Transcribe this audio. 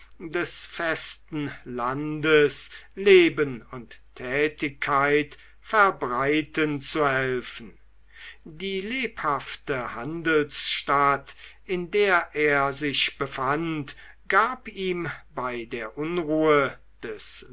des festen landes leben und tätigkeit verbreiten zu helfen die lebhafte handelsstadt in der er sich befand gab ihm bei der unruhe des